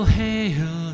hail